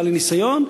בעלי ניסיון,